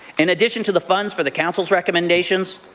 in addition to the funds for the council's recommendation,